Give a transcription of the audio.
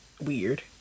weird